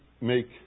make